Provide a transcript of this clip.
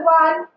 one